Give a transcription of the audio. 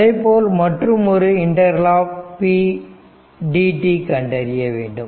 அதைப்போல் மற்றொரு ∫ p dt கண்டறிய வேண்டும்